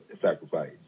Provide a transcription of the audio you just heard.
sacrifice